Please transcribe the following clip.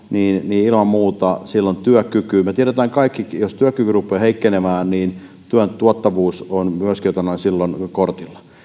ilman muuta silloin työkyky heikkenee me tiedämme kaikki että jos työkyky rupeaa heikkenemään myöskin työn tuottavuus on silloin kortilla